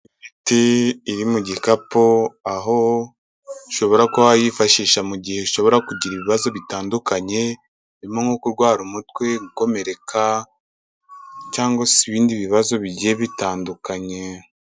Te iri mu gikapu, aho ushobora kuba wayifashisha mu gihe ushobora kugira ibibazo bitandukanye birimo nko kurwara umutwe, gukomereka cyangwa se ibindi bibazo bigiye bitandukanye.